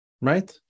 right